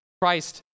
Christ